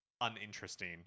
uninteresting